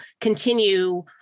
continue